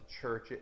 church